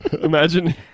Imagine